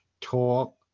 talk